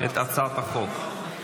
את הצעת החוק.